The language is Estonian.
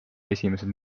esimesed